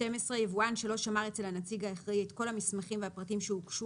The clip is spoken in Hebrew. (12)יבואן שלא שמר אצל הנציג האחראי את כל המסמכים והפרטים שהוגשו